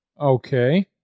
Okay